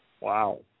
Wow